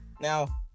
Now